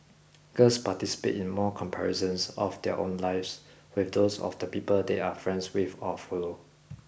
girls participate in more comparisons of their own lives with those of the people they are friends with or follow